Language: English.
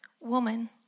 woman